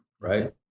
right